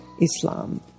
Islam